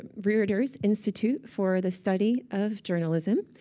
reuters institute for the study of journalism.